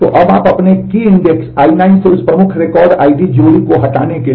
तो अब आप अपने कुंजी इंडेक्स क्या होगा यह लिखते हैं